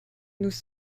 nous